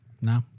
no